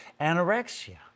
anorexia